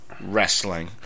wrestling